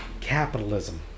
Capitalism